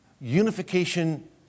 Unification